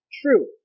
true